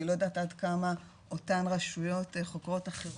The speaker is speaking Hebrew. אני לא יודעת עד כמה אותן רשויות חוקרות אחרות,